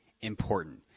important